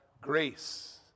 grace